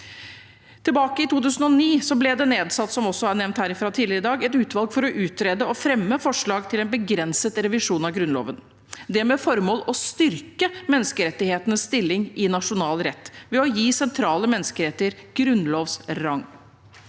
tidligere i dag, nedsatt et utvalg for å utrede og fremme forslag til en begrenset revisjon av Grunnloven, med det formål å styrke menneskerettighetenes stilling i nasjonal rett ved å gi sentrale menneskerettigheter grunnlovs rang.